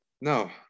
no